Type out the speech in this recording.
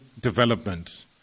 development